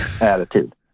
attitude